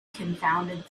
confounded